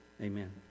Amen